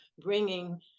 bringing